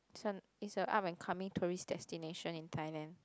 this one it's a up and coming tourist destination in Thailand